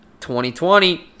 2020